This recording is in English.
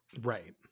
right